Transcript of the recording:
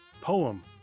poem